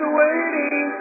waiting